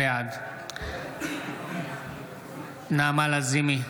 בעד נעמה לזימי,